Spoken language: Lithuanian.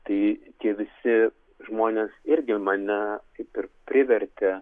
tai tie visi žmonės irgi mane kaip ir privertė